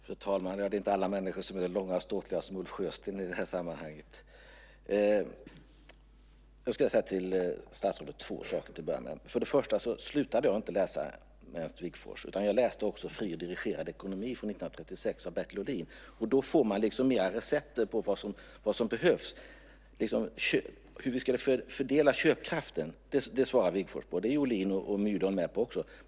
Fru talman! Jag skulle vilja säga två saker till statsrådet. Jag slutade inte med Ernst Wigforss, utan jag läste också Fri eller dirigerad ekonomi? från 1936 av Bertil Ohlin. Där får man mera av recept på vad som behövs. Hur vi ska fördela köpkraften svarar Ernst Wigforss på, och det är Myrdal och Ohlin med på också.